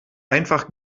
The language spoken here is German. einfach